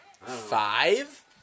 five